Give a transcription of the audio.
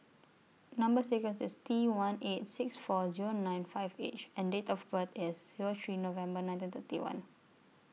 Number sequence IS T one eight six four Zero nine five H and Date of birth IS Zero three November nineteen thirty one